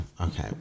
Okay